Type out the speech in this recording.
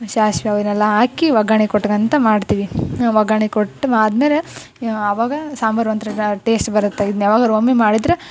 ಸಾಸ್ವೆ ಅವನ್ನೆಲ್ಲ ಹಾಕಿ ಒಗ್ಗರಣೆ ಕೊಡ್ಕೊಂತ ಮಾಡ್ತೀವಿ ಒಗ್ಗರಣೆ ಕೊಟ್ಟು ಆದಮೇಲೆ ಆವಾಗ ಸಾಂಬಾರ್ ಒಂಥರ ಟೇಸ್ಟ್ ಬರುತ್ತೆ ಇದನ್ನ ಯಾವಾಗಾದ್ರು ಒಮ್ಮೆ ಮಾಡಿದರೆ